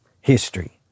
history